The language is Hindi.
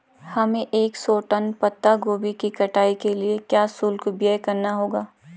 हमें एक सौ टन पत्ता गोभी की कटाई के लिए क्या शुल्क व्यय करना होगा?